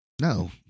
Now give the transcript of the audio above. No